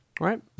right